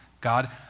God